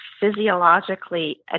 physiologically